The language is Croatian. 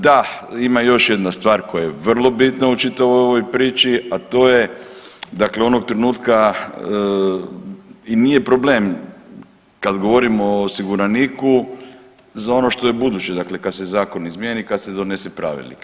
Da, ima još jedna stvar koja je vrlo bitna u čitavoj ovoj priči, a to je dakle onog trenutka i nije problem kad govorimo o osiguraniku za ono što je buduće, dakle kad se zakon izmijeni i kad se donese pravilnik.